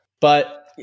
but-